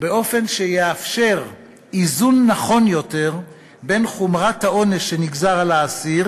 באופן שיאפשר איזון נכון יותר בין חומרת העונש שנגזר על האסיר